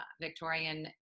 victorian